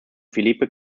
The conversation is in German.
philippe